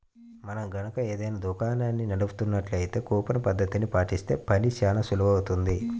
మనం గనక ఏదైనా దుకాణాన్ని నడుపుతున్నట్లయితే కూపన్ పద్ధతిని పాటిస్తే పని చానా సులువవుతుంది